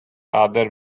other